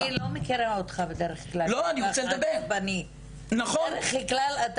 אני לא מכירה אותך בדרך כלל ככה עצבני.